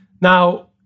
Now